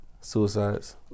Suicides